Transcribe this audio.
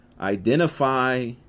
Identify